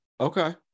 Okay